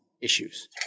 issues